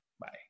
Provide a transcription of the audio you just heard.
Bye